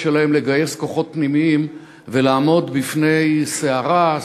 שלהם לגייס כוחות פנימיים ולעמוד בפני סערה,